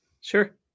Sure